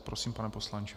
Prosím, pane poslanče.